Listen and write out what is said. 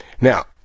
Now